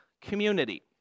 community